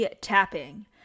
tapping